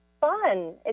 fun